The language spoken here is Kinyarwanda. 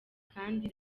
kandi